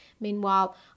Meanwhile